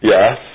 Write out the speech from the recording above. Yes